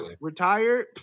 retired